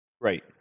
right